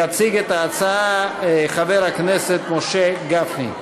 יציג את ההצעה חבר הכנסת משה גפני.